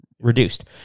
reduced